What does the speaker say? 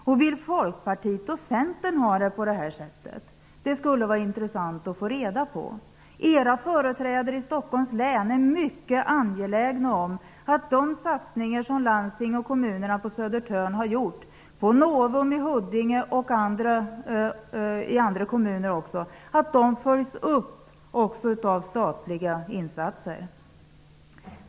Vill ni i Folkpartiet och Centern ha det på detta sätt? Det skulle vara intressant att få reda på det. Era företrädare i Stockholms län är mycket angelägna om att de satsningar som landsting och kommuner på Södertörn har gjort, på Novum i Huddinge och i andra kommuner, följs upp också av statliga insatser.